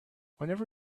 whenever